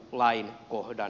värderade talman